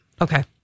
Okay